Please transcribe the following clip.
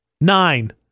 Nine